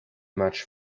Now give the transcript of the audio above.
much